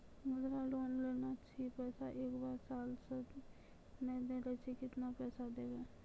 मुद्रा लोन लेने छी पैसा एक साल से ने देने छी केतना पैसा देब?